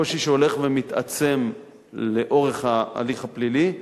קושי שהולך ומתעצם לאורך ההליך הפלילי: